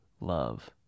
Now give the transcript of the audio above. love